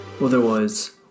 Otherwise